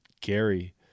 Gary